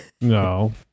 No